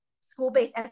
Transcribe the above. school-based